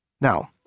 Now